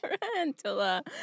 Tarantula